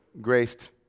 graced